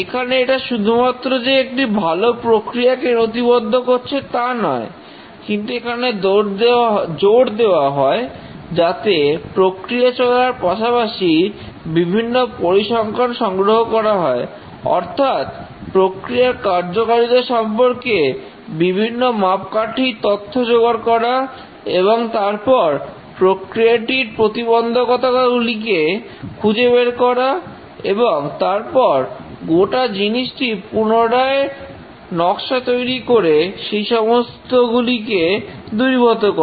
এখানে এটা শুধুমাত্র যে একটি ভালো প্রক্রিয়াকে নথিবদ্ধ করছে তা নয় কিন্তু এখানে জোর দেওয়া হয় যাতে প্রক্রিয়া চলার পাশাপাশি বিভিন্ন পরিসংখ্যান সংগ্রহ করা হয় অর্থাৎ প্রক্রিয়ার কার্যকারিতা সম্পর্কে বিভিন্ন মাপকাঠির তথ্য জোগাড় করা এবং তারপর প্রক্রিয়াটির প্রতিবন্ধকতা গুলিকে খুঁজে বের করা এবং তারপর গোটা জিনিসটির পুনরায় নকশা তৈরি করে সেই সমস্ত গুলিকে দূরীভূত করা